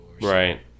Right